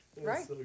Right